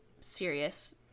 serious